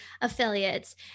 affiliates